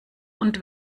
und